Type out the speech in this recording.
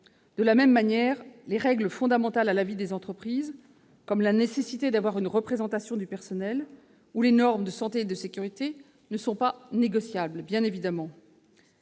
De la même manière, les règles fondamentales à la vie des entreprises, comme la nécessité d'avoir une représentation du personnel ou les normes de santé et de sécurité, ne seront évidemment